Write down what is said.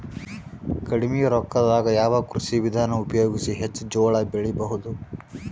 ಕಡಿಮಿ ರೊಕ್ಕದಾಗ ಯಾವ ಕೃಷಿ ವಿಧಾನ ಉಪಯೋಗಿಸಿ ಹೆಚ್ಚ ಜೋಳ ಬೆಳಿ ಬಹುದ?